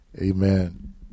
Amen